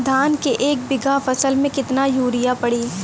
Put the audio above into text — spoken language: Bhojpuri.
धान के एक बिघा फसल मे कितना यूरिया पड़ी?